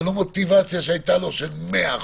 זה לא בגלל מוטיבציה שהייתה לו של מאה אחוזים.